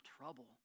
trouble